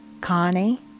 Connie